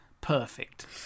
perfect